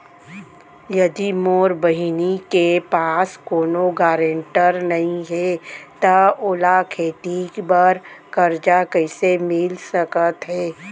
यदि मोर बहिनी के पास कोनो गरेंटेटर नई हे त ओला खेती बर कर्जा कईसे मिल सकत हे?